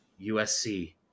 USC